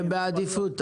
הם בעדיפות.